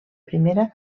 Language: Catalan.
primera